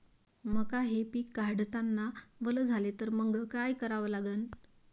मका हे पिक काढतांना वल झाले तर मंग काय करावं लागन?